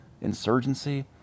insurgency